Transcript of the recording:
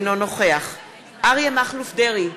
אינו נוכח אריה מכלוף דרעי,